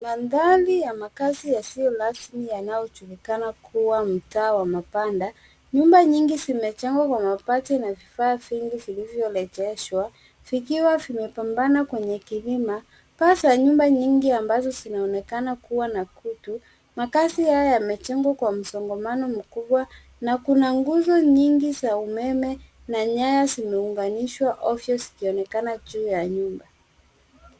Mandhari ya makazi yasiyo rasmi yanayojulikana kuwa mtaa wa mabanda. Nyumba nyingi zimejengwa kwa mabati na vifaa vingi vilivyorejeshwa vikiwa vimepambana kwenye kilima. Paa za nyumba nyingi ambazo zinaonekana kuwa na kutu. Makazi haya yamejengwa kwa msongamano mkubwa na kuna nguzo nyingi za umeme na nyaya zimeunganishwa ovyo zikionekana juu ya nyumba.